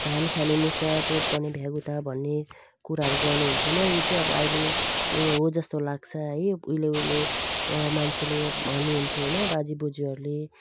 धान खाने मुसा चोट पाउने भ्यागुता भन्ने कुराहरू गर्नुहुन्थ्यो हैन यो चाहिँ अब अहिले नै हो जस्तो लाग्छ है उहिले उहिलेको मान्छेले भन्नुहुन्थ्यो हैन बाजे बजूहरूले